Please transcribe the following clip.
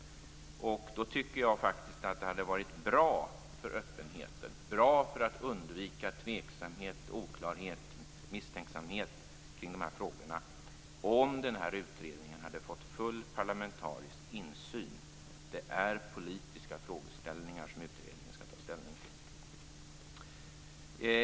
Då tycker jag faktiskt att det hade varit bra för öppenheten, bra för att undvika tveksamhet, oklarhet och misstänksamhet kring dessa frågor om utredningen hade fått full parlamentarisk insyn. Det är politiska frågor som utredningen skall ta ställning till.